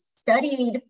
studied